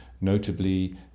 notably